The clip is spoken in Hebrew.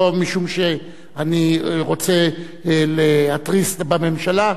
זה לא משום שאני רוצה להתריס בממשלה,